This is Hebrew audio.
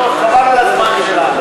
חבל על הזמן שלנו.